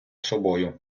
собою